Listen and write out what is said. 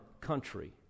country